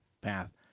PATH